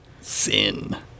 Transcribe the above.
Sin